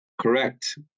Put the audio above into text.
correct